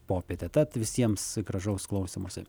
popietė tad visiems gražaus klausymosi